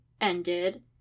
ended